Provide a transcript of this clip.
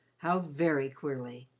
how very queerly!